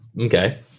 Okay